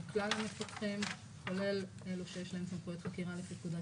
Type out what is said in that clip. כלל המפקחים כולל אלו שיש להם סמכויות חקירה לפי פקודת